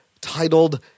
titled